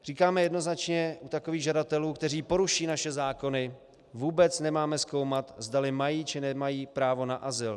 Říkáme jednoznačně, u takových žadatelů, kteří poruší naše zákony, vůbec nemáme zkoumat, zdali mají, či nemají právo na azyl.